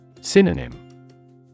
Synonym